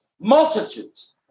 multitudes